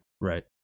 Right